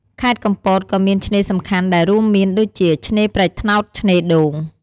ខេត្តកំពតក៏មានឆ្នេរសំខាន់ដែលរួមមានដូចជា ឆ្នេរព្រែកត្នោត ឆ្នេរដូង។